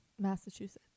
Massachusetts